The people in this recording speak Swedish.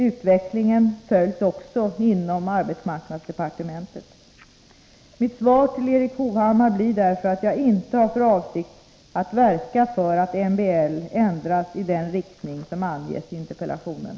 Utvecklingen följs också inom arbetsmarknadsdepartementet. Mitt svar till Erik Hovhammar blir därför att jag inte har för avsikt att verka för att MBL ändras i den riktning som anges i interpellationen.